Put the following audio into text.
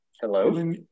Hello